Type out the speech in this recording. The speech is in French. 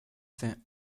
fin